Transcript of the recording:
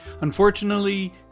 Unfortunately